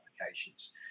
applications